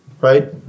right